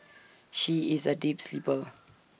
she is A deep sleeper